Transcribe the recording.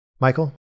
Michael